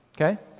okay